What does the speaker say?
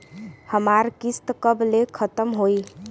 हमार किस्त कब ले खतम होई?